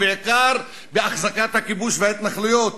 ובעיקר בהחזקת הכיבוש וההתנחלויות.